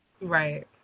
right